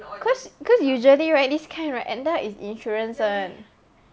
cause cause usually right this kind right ended up is insurance one